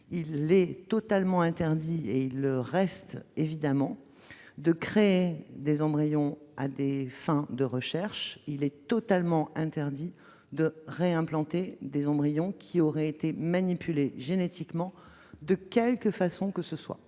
il est totalement interdit, et cela le restera, de créer des embryons à des fins de recherche. De même, il est totalement interdit de réimplanter des embryons qui auraient été manipulés génétiquement, de quelque façon que ce soit.